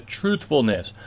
truthfulness